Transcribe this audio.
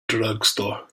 drugstore